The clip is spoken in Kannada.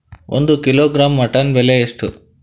ಒಂದು ಕಿಲೋಗ್ರಾಂ ಮಟನ್ ಬೆಲೆ ಎಷ್ಟ್?